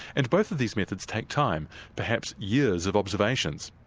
and both of these methods take time, perhaps years of observations.